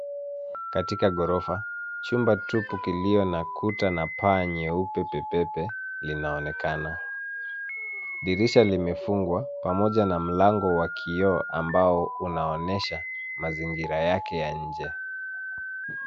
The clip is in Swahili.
Katika ghorofa, chumba tupu kilio na kuta na paa nyeupe pe pe pe linaonekana. Dirisha limefungwa pamoja na mlango wa kioo ambao unaonyesha mazingira yake ya nje.